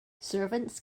servants